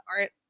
art